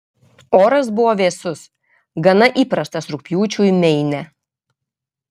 oras buvo vėsus gana įprastas rugpjūčiui meine